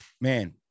Man